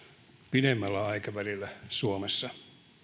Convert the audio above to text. pidemmällä aikavälillä suomessa